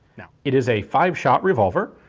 it is a five shot revolver.